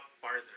farther